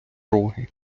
роги